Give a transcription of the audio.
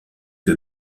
que